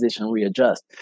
readjust